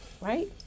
right